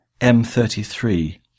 M33